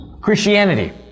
Christianity